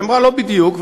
היא אמרה: לא בדיוק,